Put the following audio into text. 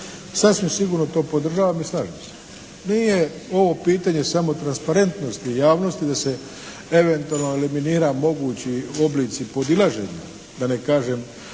sasvim sigurno to podržavam i slažem se nije ovo pitanje samo transparentnosti i javnosti da se eventualno eliminira mogući oblici podilaženja, da ne kažem